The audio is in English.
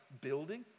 building